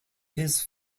his